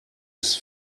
ist